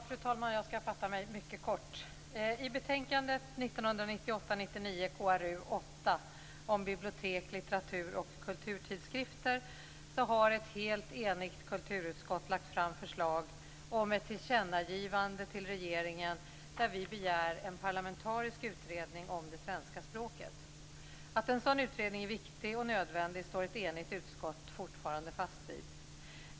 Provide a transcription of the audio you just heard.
Fru talman! Jag skall fatta mig mycket kort. I betänkande 1998/99:KrU8 om bibliotek, litteratur och kulturtidskrifter har ett helt enigt kulturutskott lagt fram förslag om ett tillkännagivande till regeringen där vi begär en parlamentarisk utredning om det svenska språket. Att en sådan utredning är viktig och nödvändig står ett enigt utskottet fortfarande fast vid.